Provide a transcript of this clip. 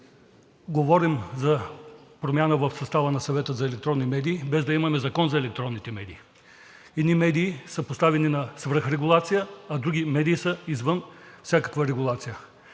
говорим за промяна в състава на Съвета за електронни медии, без да имаме Закон за електронните медии. Едни медии са поставени на свръхрегулация, а други медии са извън всякаква регулация.